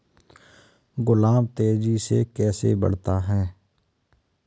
गुलाब तेजी से कैसे बढ़ता है?